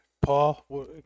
Paul